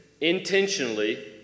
intentionally